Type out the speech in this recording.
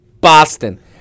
Boston